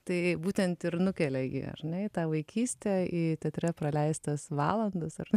tai būtent ir nukelia jį ar ne į tą vaikystę į teatre praleistas valandas ar